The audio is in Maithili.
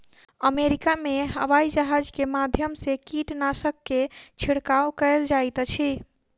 अमेरिका में हवाईजहाज के माध्यम से कीटनाशक के छिड़काव कयल जाइत अछि